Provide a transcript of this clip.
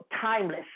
timeless